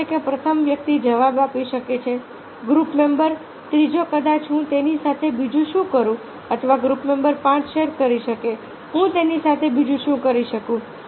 શું મળશે કે પ્રથમ વ્યક્તિ જવાબ આપી શકે છે ગ્રૂપ મેમ્બર ત્રીજો કદાચ હું તેની સાથે બીજું શું કરું અથવા ગ્રુપ મેમ્બર પાંચ શેર કરી શકે હું તેની સાથે બીજું શું કરી શકું